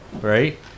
right